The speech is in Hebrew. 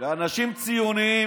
אלה אנשים ציוניים